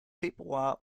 februar